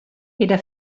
era